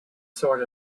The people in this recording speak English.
sort